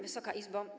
Wysoka Izbo!